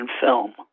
film